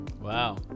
Wow